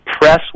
Press